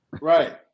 Right